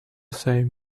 same